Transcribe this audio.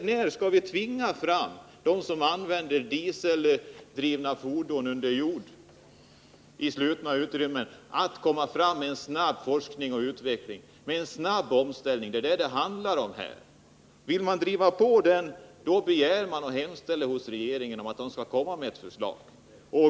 När skall vi tvinga fram forskning och utveckling på detta område? Vill man driva på den forskningen, hemställer man hos regeringen om ett förslag.